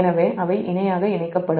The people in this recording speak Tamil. எனவே அவை இணையாக இணைக்கப்படும்